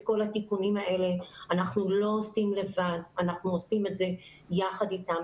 את כל התיקונים האלה אנחנו לא עושים לבד אלא אנחנו עושים את זה יחד אתם.